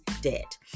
debt